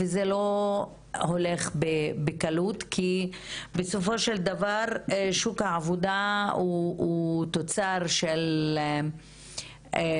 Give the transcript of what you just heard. וזה לא הולך בקלות כי בסופו של דבר שוק העבודה הוא תוצר של מבנה,